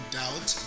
doubt